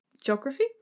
geography